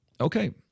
Okay